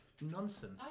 nonsense